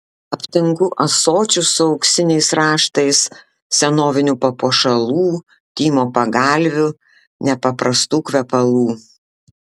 aptinku ąsočių su auksiniais raštais senovinių papuošalų tymo pagalvių nepaprastų kvepalų